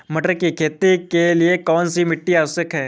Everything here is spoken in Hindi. मटर की खेती के लिए कौन सी मिट्टी आवश्यक है?